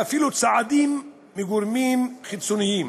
ואפילו צעדים מגורמים חיצוניים